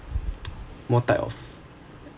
more type of